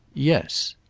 yes.